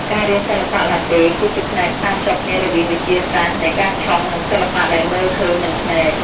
ការរៀនសិល្បៈឡាតេ គឺជាការផ្សារភ្ជាប់គ្នារវាងវិទ្យាសាស្ត្រនៃការឆុង និងសិល្បៈដែលមើលឃើញនឹងភ្នែក។